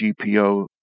GPO